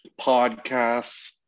podcasts